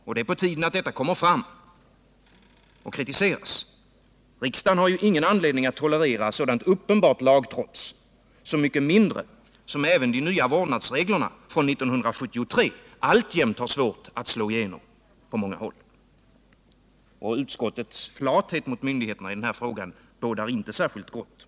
Och det är på tiden att detta kommer fram och kritiseras. Riksdagen har ingen anledning att tolerera sådant uppenbart lagtrots — så mycket mindre som även de nya vårdnadsreglerna från 1973 alltjämt har svårt att slå igenom på många håll. Utskottets flathet mot myndigheterna i frågan bådar inte särskilt gott.